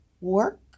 work